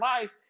life